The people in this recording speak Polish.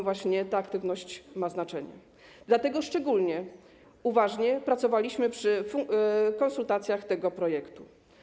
Właśnie ta aktywność ma znaczenie, dlatego szczególnie uważnie pracowaliśmy przy konsultacjach nad tym projektem.